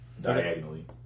diagonally